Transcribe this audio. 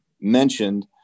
mentioned